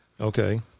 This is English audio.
Okay